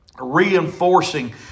reinforcing